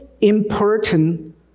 important